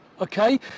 okay